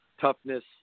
toughness